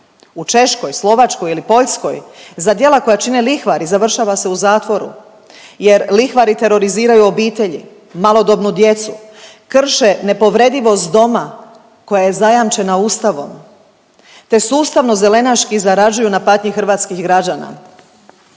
U Češkoj, Slovačkoj ili Poljskoj za djela koja čine lihvari završava se u zatvoru jer lihvari teroriziraju obitelji, malodobnu djecu, krše nepovredivost doma koja je zajamčena Ustavom te sustavno zelenaški zarađuju na patnji hrvatskih građana.